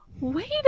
wait